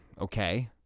okay